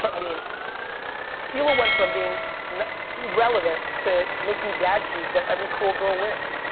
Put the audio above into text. i mean fila went from being irrelevant to making dad shoes that every cool girl wears.